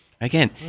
Again